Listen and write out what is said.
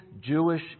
Jewish